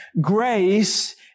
Grace